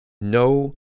no